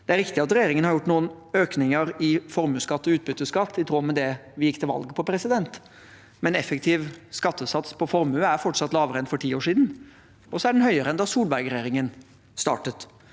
Det er riktig at regjeringen har gjort noen økninger i formuesskatt og utbytteskatt, i tråd med det vi gikk til valg på, men effektiv skattesats på formue er fortsatt lavere enn for ti år siden, og så er den høyere enn da Solberg-regjeringen startet.